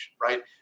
right